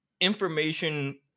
information –